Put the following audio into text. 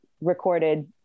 recorded